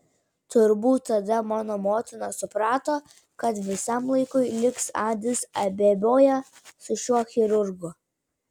turbūt tada mano motina suprato kad visam laikui liks adis abeboje su šiuo chirurgu